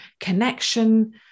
connection